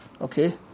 okay